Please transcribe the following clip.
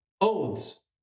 Oaths